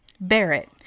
Barrett